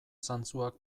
zantzuak